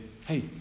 hey